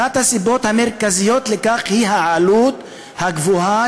אחת הסיבות המרכזיות לכך היא העלות הגבוהה